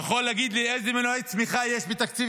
יכול להגיד לי איזה מנועי צמיחה יש בתקציב